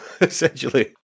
essentially